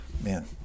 man